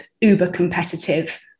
uber-competitive